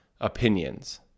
opinions